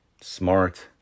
smart